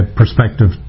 perspective